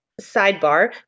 sidebar